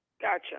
Gotcha